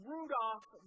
Rudolph